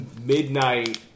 midnight